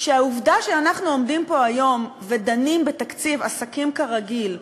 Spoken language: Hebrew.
שהעובדה שאנחנו עומדים פה היום ודנים בתקציב עסקים כרגיל,